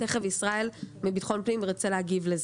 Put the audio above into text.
תיכף ישראל מביטחון פנים ירצה להגיב על זה.